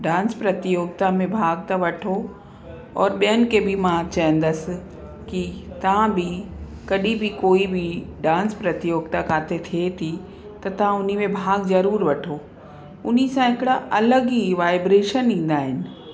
dance प्रतियोगिता में भाग त वठो और ॿियनि खे बि मां चवंदसि की तव्हां बि कॾहिं बि कोई बि डांस प्रतियोगिता काथे थिए थी त तव्हां उन में भाग ज़रूर वठो उन सां हिकिड़ा अलॻि ई वाएब्रैशन ईंदा आहिनि